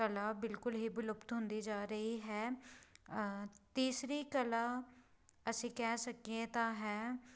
ਕਲਾ ਬਿਲਕੁਲ ਹੀ ਵਿਲੁਪਤ ਹੁੰਦੀ ਜਾ ਰਹੀ ਹੈ ਤੀਸਰੀ ਕਲਾ ਅਸੀਂ ਕਹਿ ਸਕੀਏ ਤਾਂ ਹੈ